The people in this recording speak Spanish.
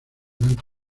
blanco